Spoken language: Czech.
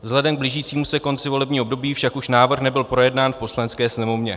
Vzhledem k blížícímu se konci volebního období však už návrh nebyl projednán v Poslanecké sněmovně.